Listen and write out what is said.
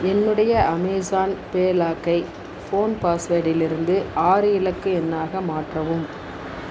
என்னுடைய அமேசான்பே லாக்கை ஃபோன் பாஸ்வேடிலிருந்து ஆறு இலக்கு எண்ணாக மாற்றவும்